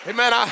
Amen